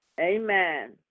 Amen